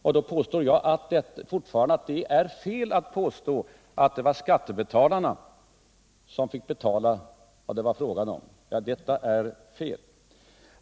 Och då påstår jag fortfarande att det är fel att säga att det var skattebetalarna som fick betala.